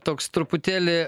toks truputėlį